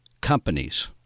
companies